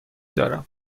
دارم